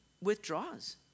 withdraws